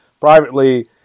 privately